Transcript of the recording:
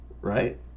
right